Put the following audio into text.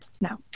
No